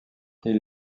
est